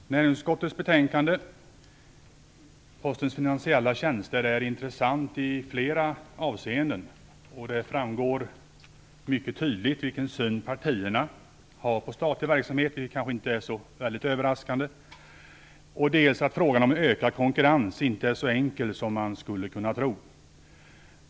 Fru talman! Näringsutskottets betänkande Postens finansiella tjänster är intressant i flera avseenden. Där framgår mycket tydligt dels vilken syn partierna har på statlig verksamhet - vilket kanske inte är så överraskande - dels att frågan om ökad konkurrens inte är så enkel som man skulle kunna tro.